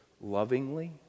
lovingly